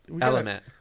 element